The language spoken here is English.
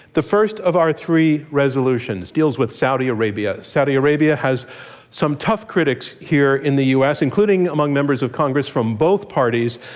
the first of our three resolutions deal with saudi arabia. saudi arabia has some tough critics here in the u. s, including among members from congress from both parties,